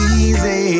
easy